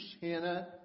Hannah